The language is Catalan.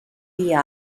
dia